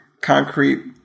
concrete